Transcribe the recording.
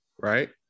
right